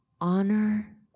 honor